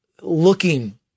looking